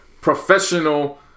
professional